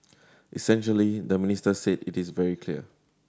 essentially the minister said it is very clear